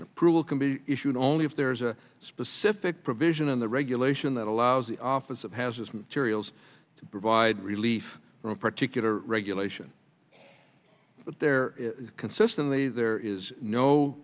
approval can be issued only if there's a specific provision in the regulation that allows the office of has its materials to provide relief from a particular regulation but there consistently there is no